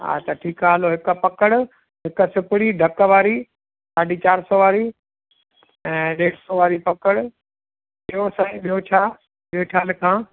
हा त ठीकु आहे हलो हिकु पकड़ हिकु सिपिरी ढक वारी साढी चार सौ वारी ऐं ॾेढि सौ वारी पकड़ ॿियो साईं ॿियो छा ॿियो छा लिखां